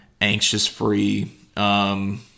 anxious-free